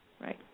Right